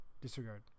disregard